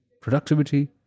productivity